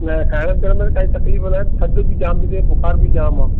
न खाइण पीअण में बि काई तकलीफ़ नाहे थधि बि जाम थी थिए बुखार बि जाम आहे